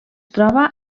troba